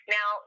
Now